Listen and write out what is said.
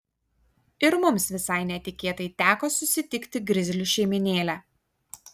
ir mums visai netikėtai teko susitikti grizlių šeimynėlę